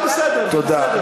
בסדר, בסדר.